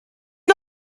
听到